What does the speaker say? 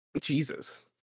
Jesus